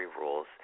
rules